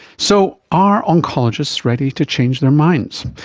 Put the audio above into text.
so are oncologists ready to change their minds?